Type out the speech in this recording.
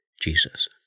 Jesus